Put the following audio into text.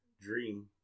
Dream